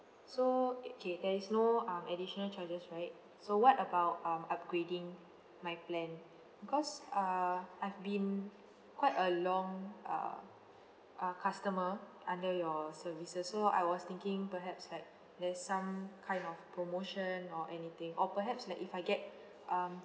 so okay there is no um additional charges right so what about um upgrading my plan because uh I've been quite a long uh uh customer under your services so I was thinking perhaps like there's some kind of promotion or anything or perhaps like if I get um